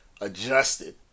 adjusted